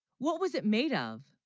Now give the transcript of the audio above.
what, was it made of?